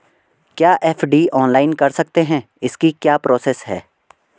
क्या FD online कर सकते हैं इसकी क्या प्रोसेस है?